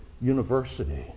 university